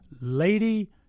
lady